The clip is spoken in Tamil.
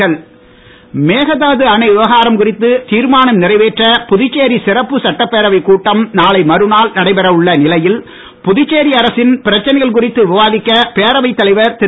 அன்பழகன் மேகதாது அணை விவகாரம் குறித்து தீர்மானம் நிறைவேற்ற புதுச்சேரி சிறப்பு சட்டப்பேரவை கூட்டம் நாளை மறுநாள் நடைபெற உள்ள நிலையில் புதுச்சேரி அரசின் பிரச்சனைகள் குறித்து விவாதிக்க பேரவைத்தலைவர் திரு